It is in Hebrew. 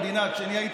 היו שני דוברים,